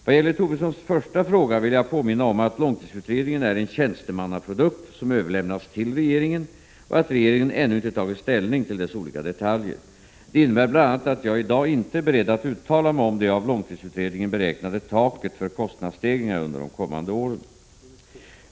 Vad gäller Lars Tobissons första fråga vill jag påminna om att långtidsutredningen är en tjänstemannaprodukt, som överlämnats till regeringen, och att regeringen ännu inte tagit ställning till dess olika detaljer. Det innebär bl.a. att jag i dag inte är beredd att uttala mig om det av långtidsutredningen beräknade taket för kostnadsstegringar under de kommande åren.